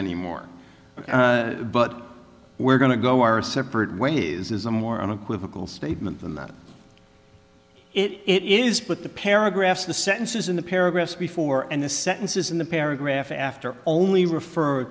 anymore but we're going to go our separate ways is a more unequivocal statement than that it is but the paragraphs the sentences in the paragraphs before and the sentences in the paragraph after only refer